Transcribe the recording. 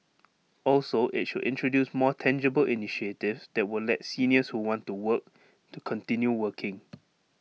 also IT should introduce more tangible initiatives that will let seniors who want to work to continue working